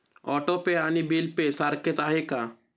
Auto pay आणि bill pay सारखेच आहे का?